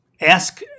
ask